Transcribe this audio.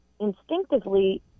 instinctively